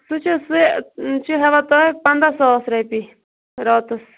سُہ چھُ سُہ چھِ ہٮ۪وان تتھ پَنٛداہ ساس رۄپیہِ راتَس